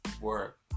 work